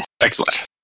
Excellent